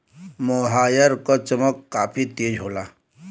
मोहायर क चमक काफी तेज होला